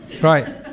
Right